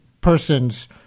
person's